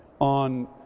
on